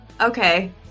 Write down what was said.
Okay